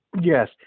Yes